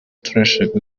turashaka